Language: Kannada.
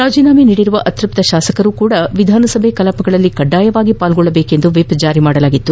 ರಾಜೀನಾಮೆ ನೀಡಿರುವ ಅತೃಪ್ತ ಶಾಸಕರೂ ಸಹ ವಿಧಾನಸಭೆಯ ಕಲಾಪಗಳಲ್ಲಿ ಕಡ್ಡಾಯವಾಗಿ ಪಾಲ್ಗೊಳ್ಳಬೇಕೆಂದು ವಿಪ್ ಜಾರಿ ಮಾಡಲಾಗಿತ್ತು